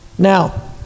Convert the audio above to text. Now